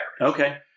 Okay